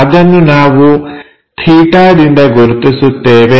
ಅದನ್ನು ನಾವು 𝚹ದಿಂದ ಗುರುತಿಸುತ್ತೇವೆ